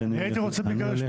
כי אני הולך לסכם?